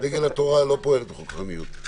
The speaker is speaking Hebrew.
דגל התורה לא פועלת בכוחניות.